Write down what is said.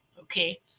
Okay